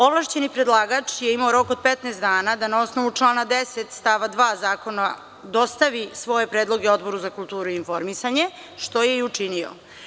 Ovlašćeni predlagač je imao rok od 15 dana da na osnovu člana 10. stav 2. zakona dostavi svoje predloge Odboru za kulturu i informisanje, što je i učinio.